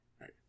right